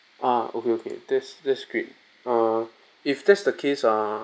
ah okay okay that's that's great err if that's the case ah